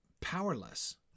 powerless